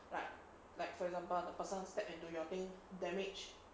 like like for example the person to step into your thing damage